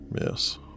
Yes